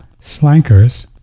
Slankers